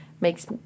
makes